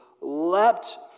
leapt